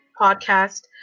podcast